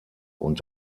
und